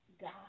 God